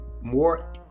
more